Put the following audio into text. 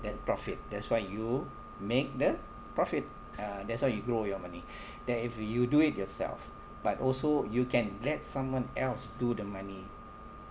that profit that's why you make the profit ah that's how you grow your money then if you do it yourself but also you can let someone else do the money